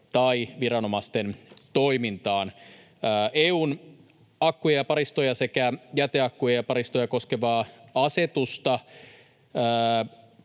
tai viranomaisten toimintaan. EU:n akkuja ja paristoja sekä jäteakkuja ja ‑paristoja koskeva asetus